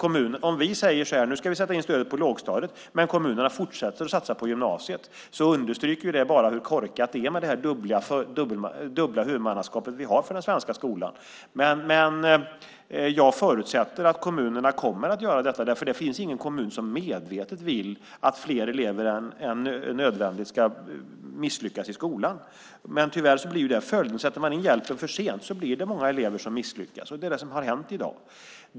Om vi säger att vi ska sätta in stödet på lågstadiet men kommunerna fortsätter att satsa på gymnasiet understryker det bara hur korkat det är med det dubbla huvudmannaskap vi har för den svenska skolan. Jag förutsätter att kommunerna kommer att göra detta. Det finns ingen kommun som medvetet vill att fler elever än nödvändigt ska misslyckas i skolan. Men tyvärr blir det följden. Sätter man in hjälpen för sent blir det många elever som misslyckas. Det är vad som har hänt i dag.